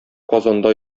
казанда